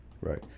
Right